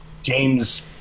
James